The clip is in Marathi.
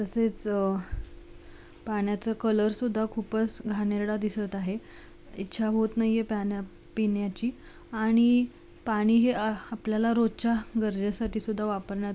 तसेच पाण्याचं कलरसुद्धा खूपच घाणेरडा दिसत आहे इच्छा होत नाही आहे पाण्या पिण्याची आणि पाणी हे आपल्याला रोजच्या गरजेसाठी सुद्धा वापरण्यात